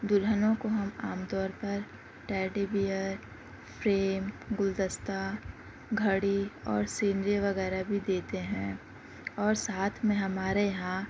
دلہنوں کو ہم عام طور پر ٹیڈی بیئر فریم گلدستہ گھڑی اور سینری وغیرہ بھی دیتے ہیں اور ساتھ میں ہمارے یہاں